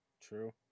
True